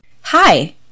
Hi